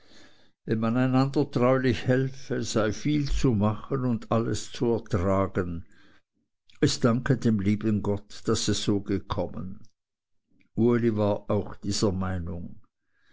wenn man einander treulich helfe sei viel zu machen und alles zu ertragen es danke dem lieben gott daß es so gekommen uli war auch dieser meinung